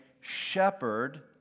shepherd